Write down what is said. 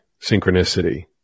synchronicity